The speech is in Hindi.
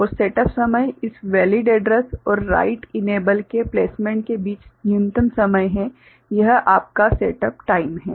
और सेटअप समय इस वेलिड एड्रैस और राइट इनेबल के प्लेसमेंट के बीच न्यूनतम समय है यह आपका सेट अप टाइम है